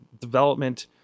development